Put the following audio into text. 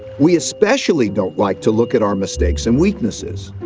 we especially don't like to look at our mistakes and weaknesses.